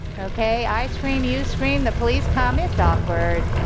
okay. i scream, you scream, the police come, it's awkward.